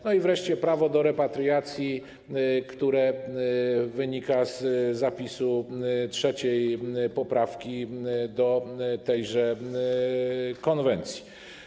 I wreszcie prawo do repatriacji, które wynika z zapisu 3. poprawki do tejże konwencji.